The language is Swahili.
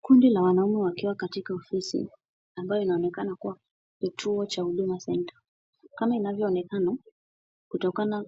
Kundi la wanaume wakiwa katika ofisi, ambayo inaonekana kuwa kituo cha Huduma Center. Kama inavyoonekana kutokana